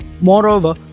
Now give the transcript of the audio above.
Moreover